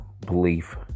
Belief